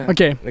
Okay